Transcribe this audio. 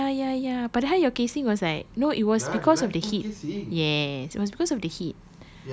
oh ya ya ya padahal your casing was like no it was because of the heat yes it was because of the heat